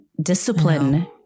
discipline